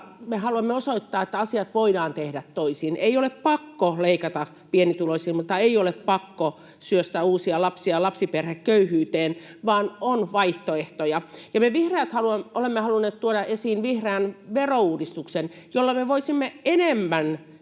haluamme osoittaa, että asiat voidaan tehdä toisin. Ei ole pakko leikata pienituloisilta, mutta ei ole pakko syöstää uusia lapsia lapsiperheköyhyyteen, vaan on vaihtoehtoja. Ja me vihreät olemme halunneet tuoda esiin vihreän verouudistuksen, jolla me voisimme enemmän